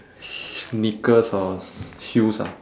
sh~ sneakers or shoes ah